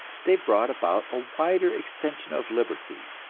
they brought about a wider extension of liberty,